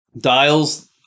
Dials